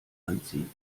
anziehen